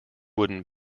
wooden